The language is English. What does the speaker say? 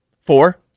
Four